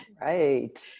Right